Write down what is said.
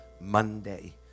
Monday